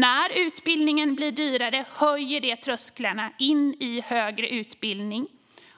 När utbildning blir dyrare höjer det trösklarna till högre utbildning